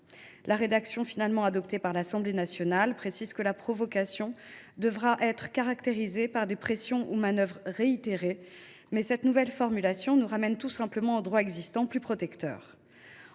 La rédaction finalement adoptée par l’Assemblée nationale précise en effet que la provocation devra être caractérisée par l’exercice « de pressions ou de manœuvres réitérées », mais cette nouvelle formulation nous ramène tout simplement au droit existant, qui est plus protecteur